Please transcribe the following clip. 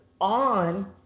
on